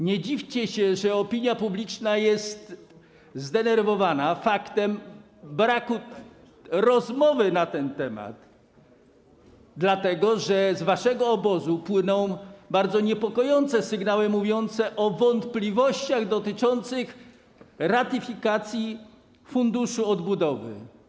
Nie dziwcie się, że opinia publiczna jest zdenerwowana faktem braku rozmowy na ten temat, dlatego że z waszego obozu płyną bardzo niepokojące sygnały, mówiące o wątpliwościach dotyczących ratyfikacji Funduszu Odbudowy.